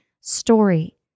story